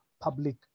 public